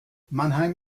mannheim